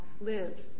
live